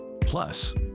Plus